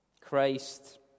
Christ